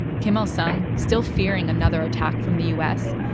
kim il sung, still fearing another attack from the u s,